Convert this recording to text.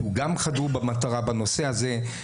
שגם הוא חדור מטרה בנושא הזה,